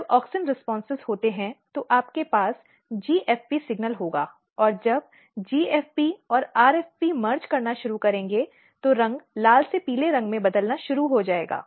जब ऑक्सिन प्रतिक्रियाएं होती हैं तो आपके पास GFP सिग्नल होगा और जब GFP और RFP विलय करना शुरू करेंगे तो रंग लाल से पीले रंग में बदलना शुरू हो जाएगा